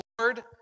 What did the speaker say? Lord